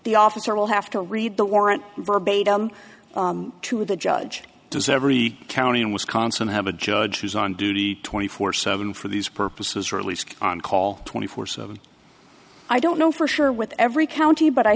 the officer will have to read the warrant verbatim to the judge does every county in wisconsin have a judge who's on duty twenty four seven for these purposes or at least on call twenty four seven i don't know for sure with every county but i